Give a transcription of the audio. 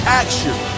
action